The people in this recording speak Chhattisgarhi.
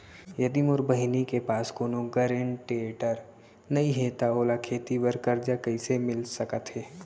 यदि मोर बहिनी के पास कोनो गरेंटेटर नई हे त ओला खेती बर कर्जा कईसे मिल सकत हे?